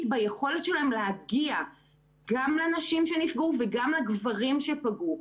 ביכולת שלהם להגיע גם לנשים שנפגעו וגם לגברים שפגעו.